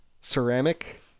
ceramic